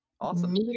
Awesome